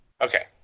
Okay